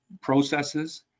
processes